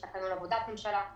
יש תקנון עבודת ממשלה.